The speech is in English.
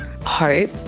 hope